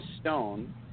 stone